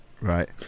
Right